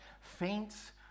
faints